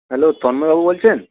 hello তন্ময়বাবু বলছেন